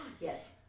Yes